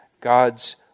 God's